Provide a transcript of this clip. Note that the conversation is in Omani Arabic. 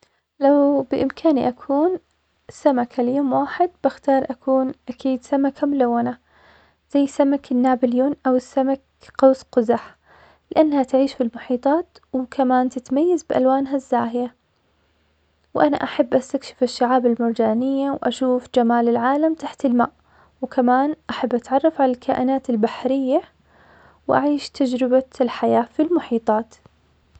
لو بإمكاني أكون سمكة ليوم واحد, بختار أكون أكيد سمكة ملونة, زي سمك النابليون أو سمك قوس قزح, لأنها تعيش في المحيطات وتتميز بأوانها الزاهية, وأنا أحب استكشف الشعاب المرجانية, وأشوف جمال العالم تحت الماء وكمان أحب اتعرف على الكائنات البحرية, وأعيش تجربة الحياة في المحيطات.